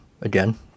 again